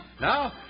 Now